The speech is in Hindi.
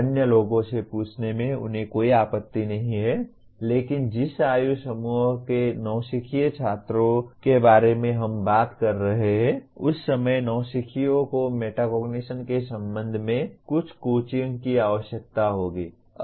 अन्य लोगों से पूछने में उन्हें कोई आपत्ति नहीं है लेकिन जिस आयु समूह के नौसिखिए छात्रों के बारे में हम बात कर रहे हैं उस समय नौसिखियों को मेटाकोग्निशन के संबंध में कुछ कोचिंग की आवश्यकता होगी